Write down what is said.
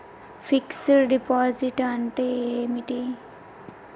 Fix డ్ deposit అంటే ఏమిటి?